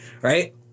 right